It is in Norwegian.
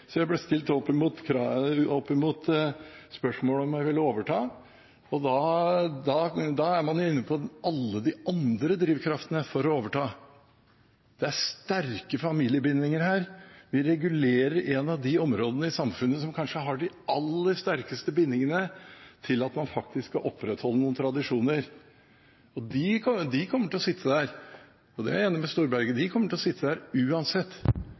så jeg ble stilt overfor spørsmålet om jeg ville overta, og da er man inne på alle de andre drivkreftene for å overta. Det er sterke familiebindinger her – vi regulerer ett av de områdene i samfunnet som kanskje har de aller sterkeste bindingene til at man faktisk skal opprettholde noen tradisjoner. Og de kommer til å være der uansett – og der er jeg enig med representanten Storberget